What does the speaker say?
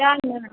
सैह ने